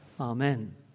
Amen